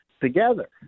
together